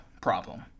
problem